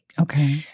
Okay